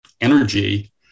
energy